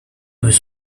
was